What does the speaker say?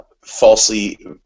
falsely